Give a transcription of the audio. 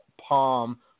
Palm